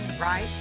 right